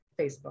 Facebook